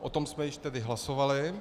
O tom jsme již tedy hlasovali.